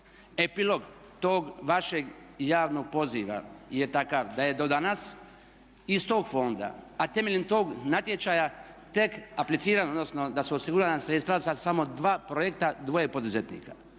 Epilog tog vašeg javnog poziva je takav da je do danas iz tog fonda a temeljem tog natječaja tek aplicirano, odnosno da su osigurana sredstva za samo dva projekta, dvoje poduzetnika.